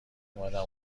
اومدم